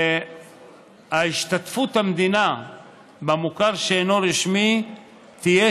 שהשתתפות המדינה במוכר שאינו רשמי תהיה